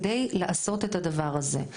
כדי לעשות את הדבר הזה.